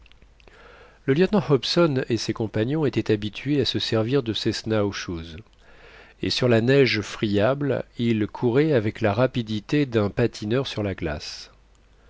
le lieutenant hobson et ses compagnons étaient habitués à se servir de ces snow shoes et sur la neige friable ils couraient avec la rapidité d'un patineur sur la glace